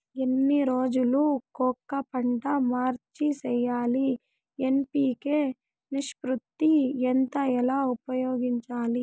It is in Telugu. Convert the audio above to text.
ఎన్ని రోజులు కొక పంట మార్చి సేయాలి ఎన్.పి.కె నిష్పత్తి ఎంత ఎలా ఉపయోగించాలి?